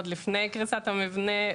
עוד לפני קריסת המבנה,